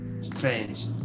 Strange